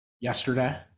yesterday